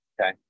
okay